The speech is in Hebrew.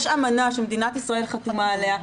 יש אמנה שמדינת ישראל חתומה עליה,